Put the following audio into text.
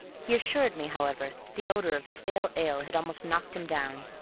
he assured me, however, that the odor of stale ale had almost knocked him down.